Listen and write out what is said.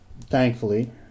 Thankfully